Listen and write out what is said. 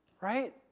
Right